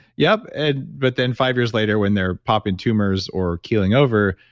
yeah and but then five years later, when they're popping tumors or keeling over,